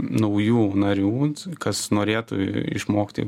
naujų narių kas norėtų išmokti